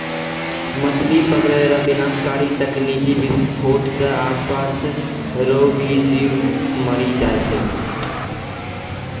मछली पकड़ै रो विनाशकारी तकनीकी विसफोट से आसपास रो भी जीब मरी जाय छै